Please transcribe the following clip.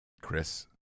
Chris